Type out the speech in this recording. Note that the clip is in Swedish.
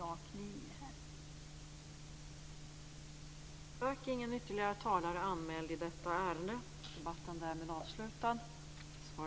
Vi försöker att hålla en rak linje här.